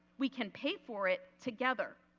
we can pay for it together.